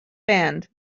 band